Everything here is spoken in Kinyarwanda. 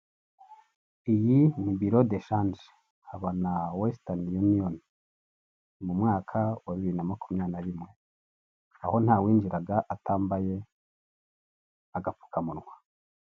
Iyi ni biro deshanje haba na wesitani yuniyoni, mu mwaka wa bibiri na makumyabiri na rimwe, aho nta winjiraga atambaye agapfukamunwa.